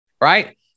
Right